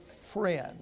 friend